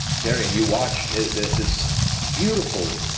taryon, you watch this beautiful,